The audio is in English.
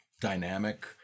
dynamic